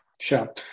Sure